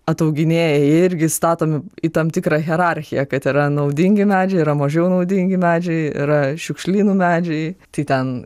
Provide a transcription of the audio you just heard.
atauginėja jie irgi įstatomi į tam tikrą hierarchiją kad yra naudingi medžiai yra mažiau naudingi medžiai yra šiukšlynų medžiai tai ten